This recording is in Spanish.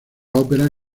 ópera